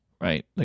right